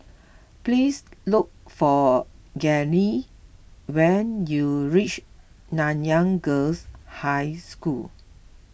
please look for Dagny when you reach Nanyang Girls' High School